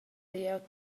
glieud